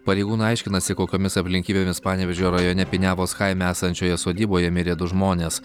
pareigūnai aiškinasi kokiomis aplinkybėmis panevėžio rajone piniavos kaime esančioje sodyboje mirė du žmonės